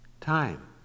time